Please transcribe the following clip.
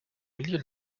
milieu